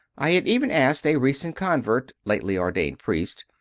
i had even asked a recent convert, lately ordained priest,